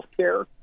healthcare